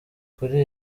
kuri